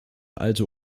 alte